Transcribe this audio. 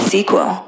Sequel